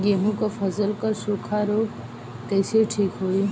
गेहूँक फसल क सूखा ऱोग कईसे ठीक होई?